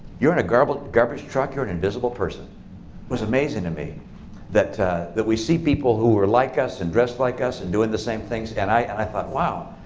you're in a garbage garbage truck. you're an invisible person. it was amazing to me that that we see people who are like us, and dressed like us, and doing the same things. and i thought, wow.